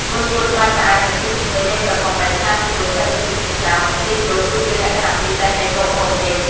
រសជាតិប្រៃផ្អែមនិងភាពឈ្ងុយនៃប្រហុកដែលឆាជាមួយសាច់ជ្រូកចិញ្ច្រាំនិងខ្ទិះដូងគឺជាលក្ខណៈពិសេសនៃមុខម្ហូបនេះ។